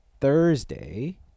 Thursday